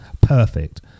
Perfect